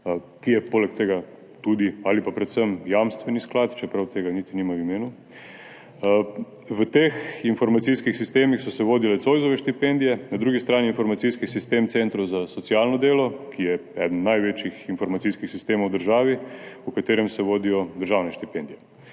ki je poleg tega tudi ali pa predvsem jamstveni sklad, čeprav tega niti nima v imenu. V teh informacijskih sistemih so se vodile Zoisove štipendije, na drugi strani informacijski sistem centrov za socialno delo, ki je eden največjih informacijskih sistemov v državi, v katerem se vodijo državne štipendije.